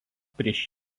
prieš